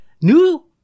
New